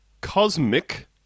Cosmic